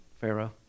Pharaoh